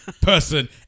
person